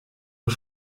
und